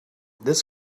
this